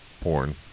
Porn